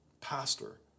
pastor